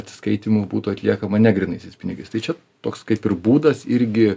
atsiskaitymų būtų atliekama ne grynaisiais pinigais tai čia toks kaip ir būdas irgi